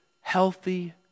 healthy